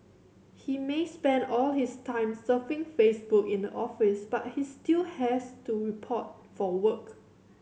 he may spend all his time surfing Facebook in the office but he still has to report for work